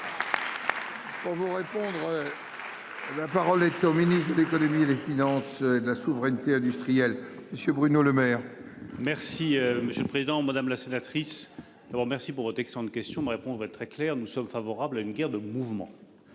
de mouvement. La parole est au ministre de l'économie et les finances. De la souveraineté industrielle. Monsieur Bruno Lemaire. Merci monsieur le président, madame la sénatrice. Remercie protection de questions me répondre très clair, nous sommes favorables à une guerre de mouvement.